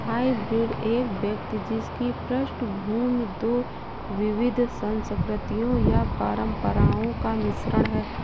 hybrid एक व्यक्ति जिसकी पृष्ठभूमि दो विविध संस्कृतियों या परंपराओं का मिश्रण है